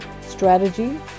strategy